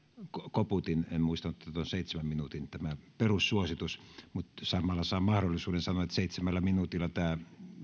koputin en muistanut että on seitsemän minuutin perussuositus mutta samalla saan mahdollisuuden sanoa että seitsemällä minuutilla tämä